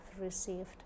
received